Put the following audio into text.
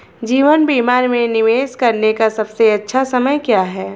जीवन बीमा में निवेश करने का सबसे अच्छा समय क्या है?